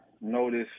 notice